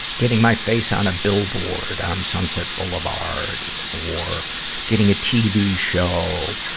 getting my face on a billboard on sunset boulevard, or getting a tv show, ah,